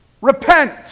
Repent